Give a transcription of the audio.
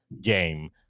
game